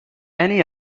any